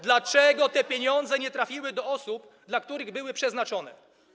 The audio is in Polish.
Dlaczego te pieniądze nie trafiły do osób, dla których były przeznaczone?